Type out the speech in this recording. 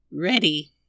Ready